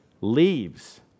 leaves